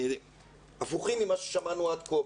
דברים שהם הפוכים ממה ששמענו עד כה.